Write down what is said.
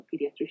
pediatrician